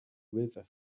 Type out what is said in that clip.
river